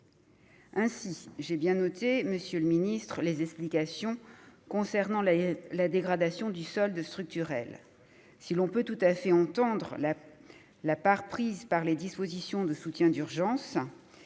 tout. J'ai bien noté, monsieur le ministre, les explications du Gouvernement concernant la dégradation du solde structurel. Si l'on peut tout à fait entendre la part prise par les dispositions de soutien d'urgence,